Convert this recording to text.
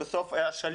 היא בסוף השליח.